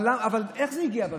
אבל איך זה הגיע בסוף?